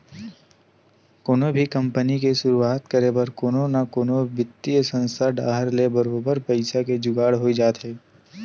कोनो भी कंपनी के सुरुवात करे बर कोनो न कोनो बित्तीय संस्था डाहर ले बरोबर पइसा के जुगाड़ होई जाथे